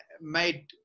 made